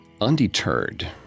Undeterred